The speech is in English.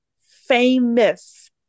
famous